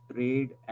Trade